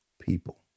people